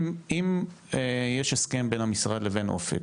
אם יש הסכם בין המשרד לבין אופק,